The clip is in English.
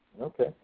Okay